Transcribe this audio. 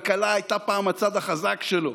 כלכלה הייתה פעם הצד החזק שלו,